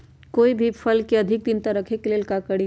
कोई भी फल के अधिक दिन तक रखे के ले ल का करी?